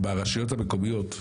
ברשויות המקומיות,